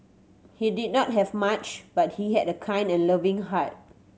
he did not have much but he had a kind and loving heart